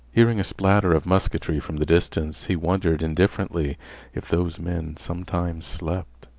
hearing a splatter of musketry from the distance, he wondered indifferently if those men sometimes slept.